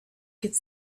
could